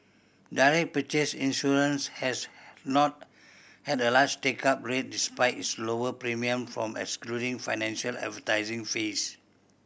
direct purchase insurance has not had a large take up rate despite its lower premiums from excluding financial advising fees